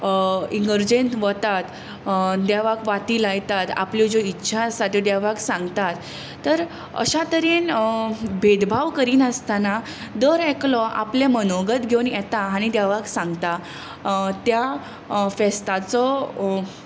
इगर्जेत वतात देवाक वाती लायतात आपल्यो ज्यो इच्छा आसा त्यो देवाक सांगतात तर अश्या तरेन भेदभाव करिनासताना दर एकलो आपलें मनोगत घेवन येता आनी देवाक सांगता त्या फेस्ताचो